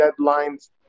deadlines